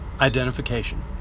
identification